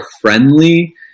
friendly